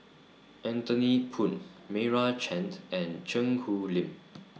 Anthony Poon Meira Chand and Cheang Hong Lim